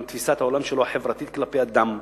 גם תפיסת העולם החברתית שלו כלפי האדם.